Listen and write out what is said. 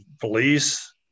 police